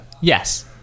Yes